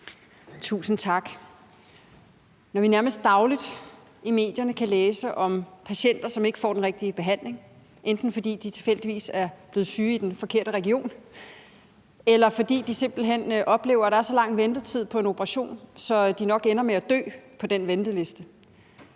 Tusind tak. Når vi nærmest dagligt i medierne kan læse om patienter, som ikke får den rigtige behandling, enten fordi de tilfældigvis er blevet syge i den forkerte region, eller fordi de simpelt hen oplever, at der er så lang ventetid på en operation, at de nok ender med at dø på den venteliste,